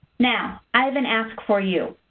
now, i have an ask for you.